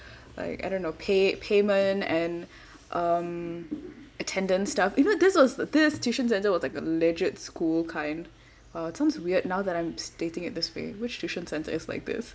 like I don't know pay payment and um attendance stuff you know what this was this tuition centre was like a legit school kind !wow! it sounds weird now that I'm stating it this way which tuition centre is like this